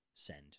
send